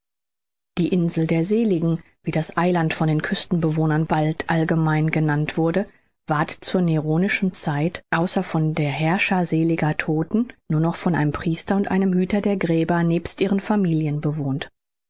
die insel der seligen wie das eiland von den küstenbewohnern bald allgemein genannt wurde ward zur neronischen zeit außer von der heerschar seliger todten nur noch von einem priester und einem hüter der gräber nebst ihren familien bewohnt